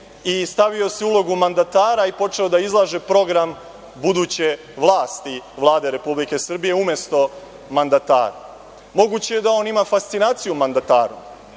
i stavio se u ulogu mandatara i počeo da izlaže program buduće vlasti Vlade Republike Srbije umesto mandatara. Moguće je da on ima fascinaciju mandatarom.